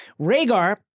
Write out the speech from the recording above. Rhaegar